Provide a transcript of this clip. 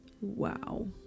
Wow